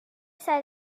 said